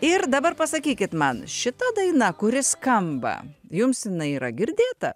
ir dabar pasakykit man šita daina kuri skamba jums jinai yra girdėta